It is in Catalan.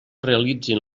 realitzin